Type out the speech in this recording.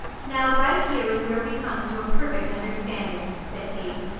now right here is where we come to a perfect understanding, said kate.